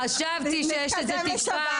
חשבתי שיש פה תקווה